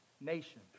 nation